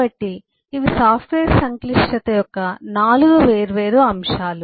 కాబట్టి ఇవి సాఫ్ట్వేర్ సంక్లిష్టత యొక్క నాలుగు వేర్వేరు అంశాలు